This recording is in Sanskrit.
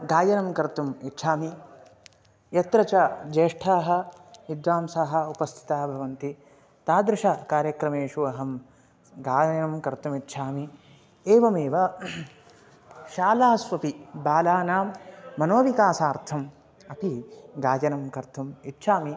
गायनं कर्तुम् इच्छामि यत्र च ज्येष्ठाः विद्वांसः उपस्थिताः भवन्ति तादृशेषु कार्यक्रमेषु अहं गायनं कर्तुम् इच्छामि एवमेव शालास्वपि बालानां मनोविकासार्थम् अपि गायनं कर्तुम् इच्छामि